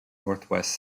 northwest